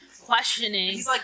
questioning